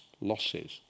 losses